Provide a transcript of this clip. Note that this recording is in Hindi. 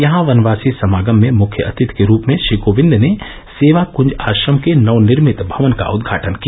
यहां वनवासी समागम में मुख्य अतिथि के रूप में श्री कोविंद ने सेवा कज आश्रम के नव निर्मित भवन का उदघाटन किया